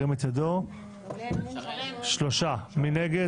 4. מי נגד?